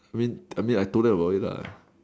I mean I mean I told them about it lah